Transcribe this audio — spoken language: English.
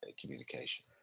communication